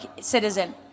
citizen